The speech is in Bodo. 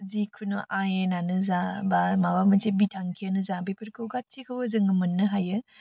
जिखुनु आयेनानो जा बा माबा मोनसे बिथांखियानो जा बिफोरखौ गासिखौबो जोङो मोननो हायो